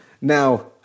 now